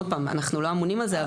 אנחנו לא אמונים על זה.